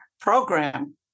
program